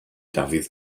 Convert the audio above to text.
dafydd